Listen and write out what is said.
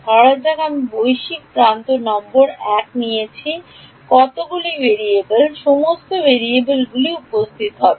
ধরা যাক আমি বৈশ্বিক প্রান্ত নম্বর 1 নিয়েছি কতগুলি ভেরিয়েবল সমস্ত ভেরিয়েবল উপস্থিত হবে